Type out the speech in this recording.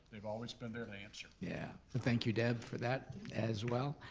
they've always been there to answer. yeah, thank you deb for that as well.